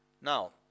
Now